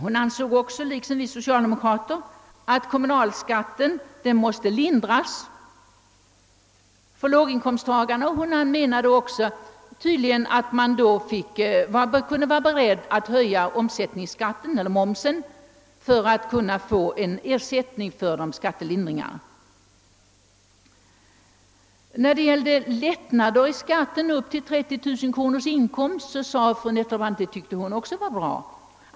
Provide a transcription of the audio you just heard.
Fru Nettelbrandt anser liksom vi socialdemokrater att kommunalskatten måste lindras för låginkomsttagarna, och hon menade tydligen att man fick vara beredd att höja momsen för att få en ersättning för skattebortfallet. Förslagen till lättnader i beskattningen för inkomsttagare med upp till 30 000 kronor i inkomst tyckte fru Nettelbrandt också var bra.